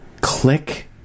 Click